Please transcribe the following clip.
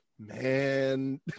Man